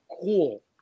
cool